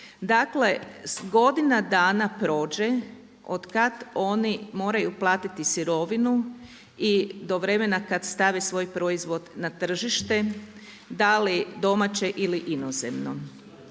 Dakle, godina dana prođe od kada oni moraju platiti sirovinu i do vremena kada stave svoj proizvod na tržite, da li domaće ili inozemno.